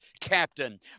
captain